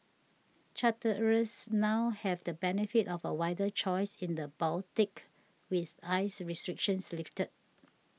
charterers now have the benefit of a wider choice in the Baltic with ice restrictions lifted